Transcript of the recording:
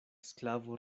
sklavo